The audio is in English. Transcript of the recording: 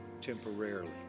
temporarily